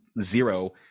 zero